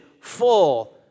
full